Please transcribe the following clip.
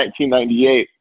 1998